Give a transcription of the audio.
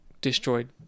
destroyed